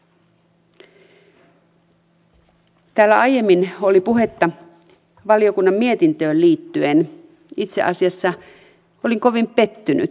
täällä aiemmin oli puhetta valiokunnan mietintöön liittyen olin itse asiassa kovin pettynyt siihen